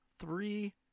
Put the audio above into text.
Three